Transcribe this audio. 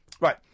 Right